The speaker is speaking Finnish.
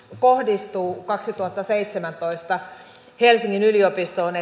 kohdistuu kaksituhattaseitsemäntoista helsingin yliopistoon